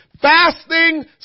Fasting